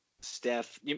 Steph